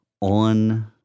on